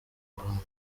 rwanda